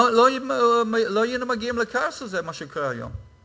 לא היינו מגיעים לכאוס הזה שהגענו אליו היום,